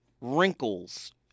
wrinkles